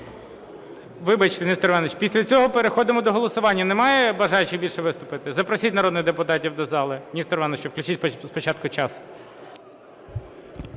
Вибачте, Нестор Іванович. Після цього переходимо до голосування. Немає бажаючих більше виступити? Запросіть народних депутатів до зали. Нестору Івановичу включіть спочатку час.